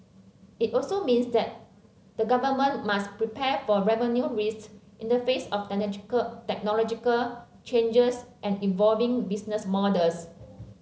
it also means that the government must prepare for revenue risks in the face of technological changes and evolving business models